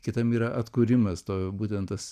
kitam yra atkūrimas to būtent tas